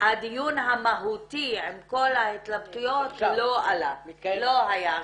הדיון המהותי עם כל ההתלבטויות לא עלה, לא היה.